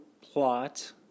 plot